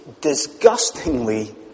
disgustingly